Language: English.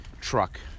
truck